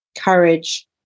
courage